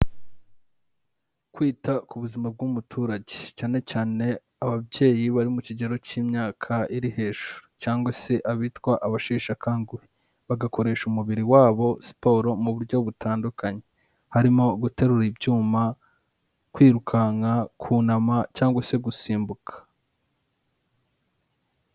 Kwita ku buzima bw'umuturage, cyane cyane ababyeyi bari mu kigero k'imyaka iri hejuru cyangwa se abitwa abasheshe akanguhe, bagakoresha umubiri wabo siporo mu buryo butandukanye harimo guterura ibyuma, kwirukanka, kunama cyangwa se gusimbuka.